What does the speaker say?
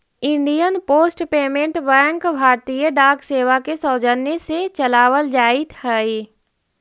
Indian post payment bank भारतीय डाक सेवा के सौजन्य से चलावल जाइत हइ